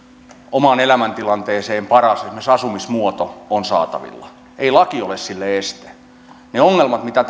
omaan elämäntilanteeseen paras esimerkiksi asumismuoto on saatavilla ei laki ole sille este ne ongelmat mitä